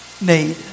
need